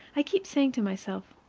i keep saying to myself,